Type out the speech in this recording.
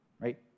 right